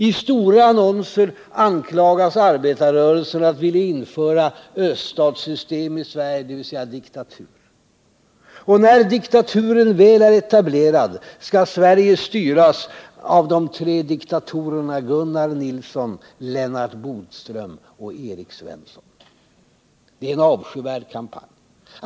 I stora annonser anklagas arbetarrörelsen för att vilja införa öststatssystem i Sverige, dvs. diktatur. Och när diktaturen väl är etablerad skall Sveriges styras av de tre dikatorerna Gunnar Nilsson, Lennart Bodström och Erik Svensson. Det är en avskyvärd kampanj.